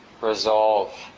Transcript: resolve